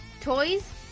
Toys